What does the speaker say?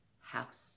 house